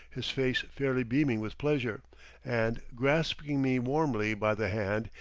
his face fairly beaming with pleasure and, grasping me warmly by the hand,